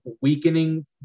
weakening